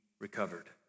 recovered